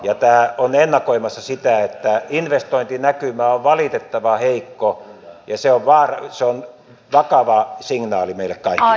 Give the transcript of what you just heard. tämä on ennakoimassa sitä että investointinäkymä on valitettavan heikko ja se on vakava signaali meille kaikille